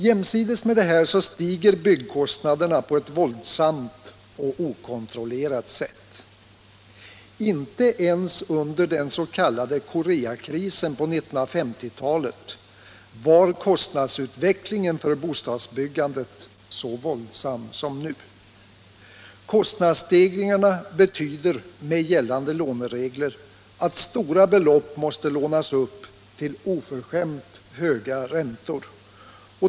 Jämsides med detta stiger byggkostnaderna på ett våldsamt och okontrollerat sätt. Inte ens under den s.k. Koreakrisen på 1950-talet var kostnadsutvecklingen för bostadsbyggandet så våldsam som nu. Kostnadsstegringarna betyder med gällande låneregler att stora belopp måste lånas upp till oförskämt höga räntor.